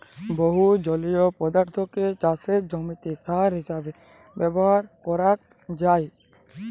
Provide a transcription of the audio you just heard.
বহু জলীয় পদার্থকে চাসের জমিতে সার হিসেবে ব্যবহার করাক যায়